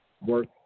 work